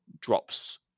drops